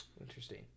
Interesting